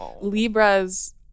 Libra's